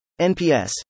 NPS